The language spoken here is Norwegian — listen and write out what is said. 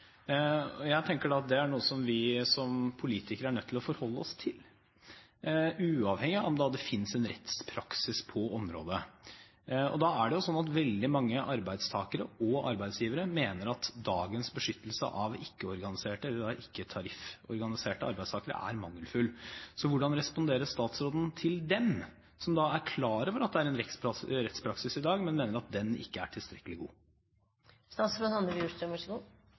Jeg tenker da at det er noe som vi som politikere er nødt til å forholde oss til, uavhengig av om det finnes en rettspraksis på området. Veldig mange arbeidstakere og arbeidsgivere mener at dagens beskyttelse av ikke-tarifforganiserte er mangelfull. Så hvordan responderer statsråden til dem som er klar over at det er en rettspraksis i dag, men mener at den ikke er tilstrekkelig